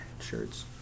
shirts